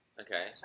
Okay